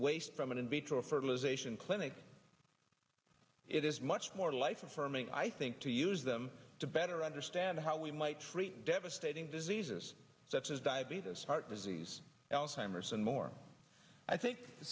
waste prominent vitro fertilization clinic it is much more life affirming i think to use them to better understand how we might treat devastating diseases such as diabetes heart disease alzheimer's